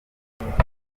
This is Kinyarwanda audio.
abe